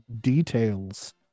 details